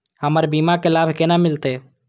हमर बीमा के लाभ केना मिलते?